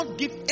give